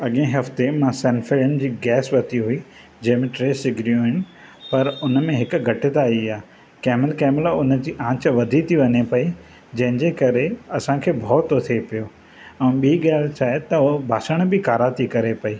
अॻिए हफ़्ते मां सनफ्रैन जी गैस वरिती हुई जंहिं में टे सिगड़ियूं हुयूं पर उन में हिकु घटिताई आहे कंहिं महिल कंहिं महिल उन जी आंच वधी थी वञे पई जंहिंजे करे असांखे भउ थो थिए पियो ऐं ॿी ॻाल्हि छा आहे त हू बासण बि कारा थी करे पई